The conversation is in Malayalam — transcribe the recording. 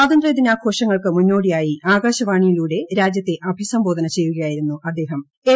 സ്വാതന്ത്ര്യദിനാഘോഷങ്ങൾക്ക് മുന്നോടിയായി ആകാശവാണിയിലൂടെ രാജ്യത്തെ അഭിസംബോധന ചെയ്യുകയായിരുന്നു അദ്ദേഹം